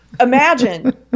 imagine